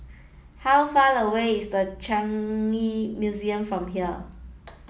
how far away is The Changi Museum from here